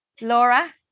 Laura